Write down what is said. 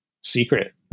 secret